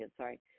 sorry